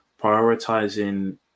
prioritizing